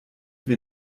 wir